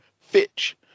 Fitch